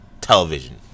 television